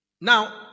Now